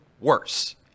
worse